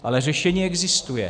Ale řešení existuje.